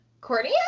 Courtney